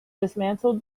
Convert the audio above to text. dismantled